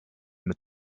mit